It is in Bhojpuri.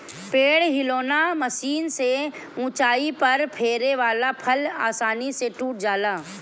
पेड़ हिलौना मशीन से ऊंचाई पर फरे वाला फल आसानी से टूट जाला